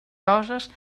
coses